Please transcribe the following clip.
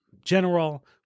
General